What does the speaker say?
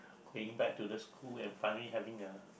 being back to the school and finally having a